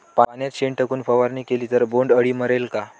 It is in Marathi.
पाण्यात शेण टाकून फवारणी केली तर बोंडअळी मरेल का?